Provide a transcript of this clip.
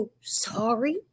sorry